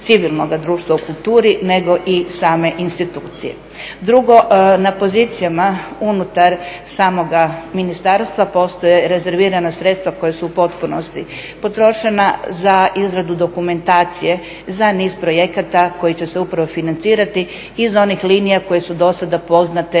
civilnoga društva u kulturi, nego i same institucije. Drugo, na pozicijama unutar samoga ministarstva postoje rezervirana sredstva koja su u potpunosti potrošena za izradu dokumentacije za niz projekata koji će se upravo financirati iza onih linija koje su do sada poznate